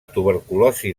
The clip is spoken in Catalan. tuberculosi